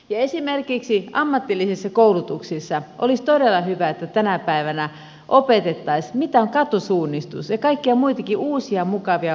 esimerkiksi ammatillisissa koulutuksissa olisi todella hyvä että tänä päivänä opetettaisiin mitä on katusuunnistus ja kaikkea muitakin uusia mukavia urheilumuotoja